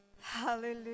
hallelujah